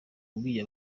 yabwiye